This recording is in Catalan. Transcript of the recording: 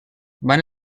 van